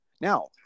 Now